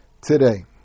today